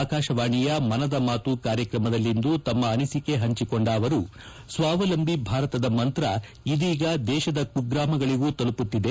ಆಕಾಶವಾಣಿಯ ಮನದ ಮಾತು ಕಾರ್ಯಕ್ರಮದಲ್ಲಿಂದು ತಮ್ಮ ಅನಿಸಿಕೆ ಹಂಚಿಕೊಂಡ ಅವರು ಸ್ವಾವಲಂಬಿ ಭಾರತದ ಮಂತ್ರ ಇದೀಗ ದೇಶದ ಕುಗ್ರಾಮಗಳಿಗೂ ತಲುಪುತ್ತಿದೆ